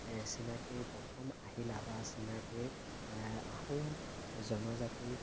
এই চিনাকীৰ প্ৰথম আহিলা বা চিনাকীৰ আহোম জনজাতিৰ